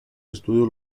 estudios